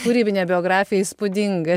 kūrybinė biografija įspūdinga